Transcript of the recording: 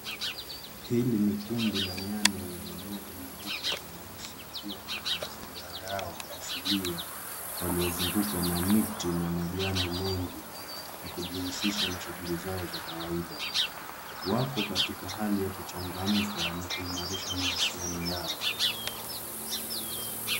Hili ni kundi la nyani wenye nywele nyeupe na nyeusi wakiwa kwenye mazingira yao asilia .yaliyozungukwa na miti na majani mengi ,wakijihusisha na shughuli zao za kawaida. Wako katika hali ya kuchangamka na kuimarisha mahusiano yao.